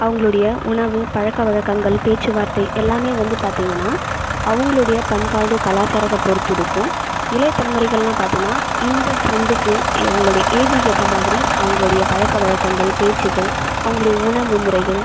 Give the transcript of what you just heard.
அவங்களுடைய உணவு பழக்கவழக்கங்கள் பேச்சுவார்த்தை எல்லாமே வந்து பார்த்தீங்கனா அவங்களோடைய பண்பாடு கலாச்சாரத்தை பொறுத்து இருக்கும் இளைய தலைமுறைகளாம் பார்த்தோம்னா இந்த ட்ரெண்ட்டுக்கு அவங்களோடய ஏஜ்க்கு ஏற்ற மாதிரி அவங்களோடய பழக்கவழக்கங்கள் பேச்சுக்கள் அவங்களோடய உணவு முறைகள்